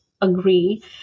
agree